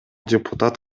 депутат